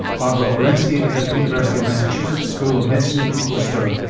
barbara olendzki is at the university of massachusetts, school of medicine in worcester.